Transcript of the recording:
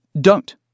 Don't